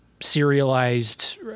serialized